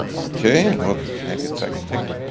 okay, well that get second ticket.